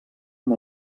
amb